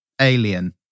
Alien